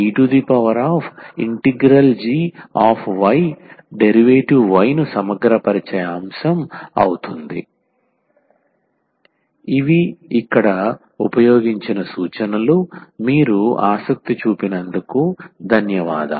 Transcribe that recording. Glossary English Word Word Meaning integrating factor integrating factor సమగ్ర కారకం notation notation సంజ్ఞామానం standard differentials standard differentials ప్రామాణిక భేదాలు